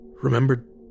Remembered